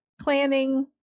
Planning